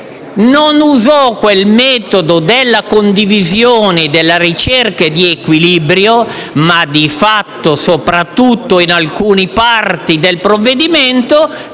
non usò il metodo della condivisione e della ricerca di equilibrio e, soprattutto in alcuni parti del provvedimento,